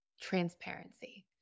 Transparency